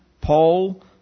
Paul